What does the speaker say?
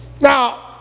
Now